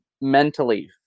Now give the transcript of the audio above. mentally